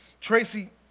Tracy